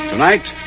Tonight